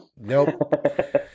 Nope